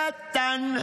קטן,